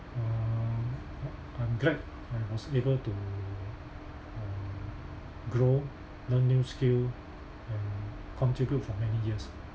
uh I'm glad I was able to uh grow learn new skill and contribute for many years